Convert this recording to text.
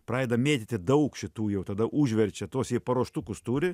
pradeda mėtyti daug šitų jau tada užverčia tuos paruoštukus turi